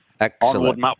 Excellent